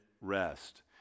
rest